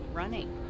running